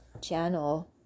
channel